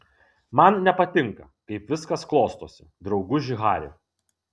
man nepatinka kaip viskas klostosi drauguži hari